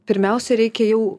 pirmiausia reikia jau